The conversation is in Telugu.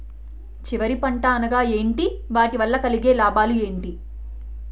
చివరి పంట అనగా ఏంటి వాటి వల్ల కలిగే లాభాలు ఏంటి